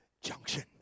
junction